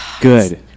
good